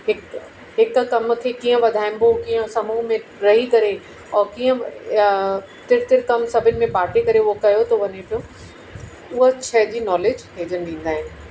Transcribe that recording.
हिक हिक कम खे कीअं वधाइबो कीअं समूह में रही करे और कीअं तिर तिर कम सभिनि में बांटे करे उहो कयो थो वञे पियो उहो शइ जी नॉलिज हे जन ॾींदा आहिनि